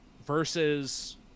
Versus